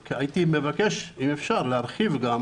הייתי מבקש, אם אפשר, להרחיב גם